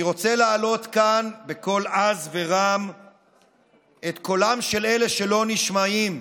אני רוצה להעלות כאן בקול עז ורם את קולם של אלה שלא נשמעים,